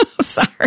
Sorry